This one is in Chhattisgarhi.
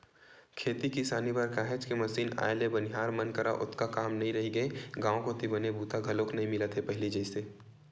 खेती किसानी बर काहेच के मसीन आए ले बनिहार मन करा ओतका काम नइ रहिगे गांव कोती बने बूता घलोक नइ मिलत हे पहिली जइसे